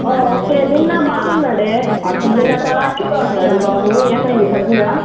okay అండి నిన్న బాగున్నాడే అసలు నిన్న చలాకీగా ఉన్నాడు బాబు ఏమైంది సడన్గా